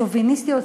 שוביניסטיות,